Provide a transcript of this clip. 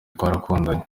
twarakundanye